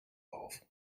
auf